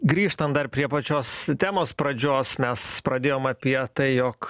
grįžtant dar prie pačios temos pradžios mes pradėjom apie tai jog